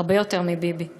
הרבה יותר מביבי";